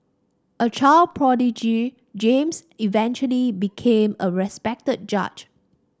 a child prodigy James eventually became a respected judge